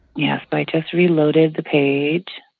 yes. but i just reloaded the page.